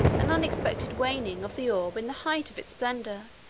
an unexpected waning of the orb in the height of its splendor